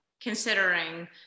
considering